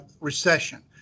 recession